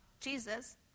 Jesus